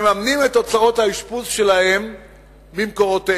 את הוצאות האשפוז שלהם ממקורותיהם